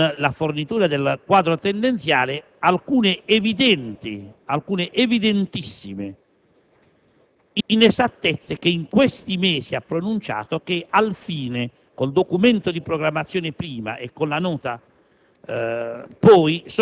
con la fornitura del quadro tendenziale, alcune evidenti, evidentissime inesattezze che in questi mesi ha pronunciato e che, alfine, con il Documento di programmazione prima e con la Nota